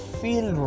feel